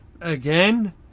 again